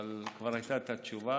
כבר הייתה התשובה.